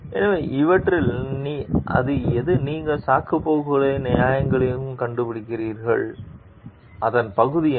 எனவே இவற்றில் எது நீங்கள் சாக்குப்போக்குகளையும் நியாயங்களையும் கண்டுபிடிக்கிறீர்கள் அதன் பகுதி என்ன